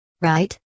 Right